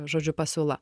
žodžiu pasiūla